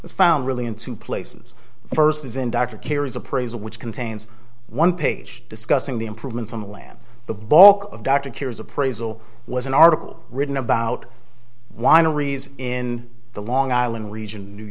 was found really in two places first as in dr carey's appraisal which contains one page discussing the improvements on land the bulk of dr cures appraisal was an article written about wineries in the long island region new